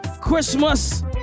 Christmas